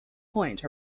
point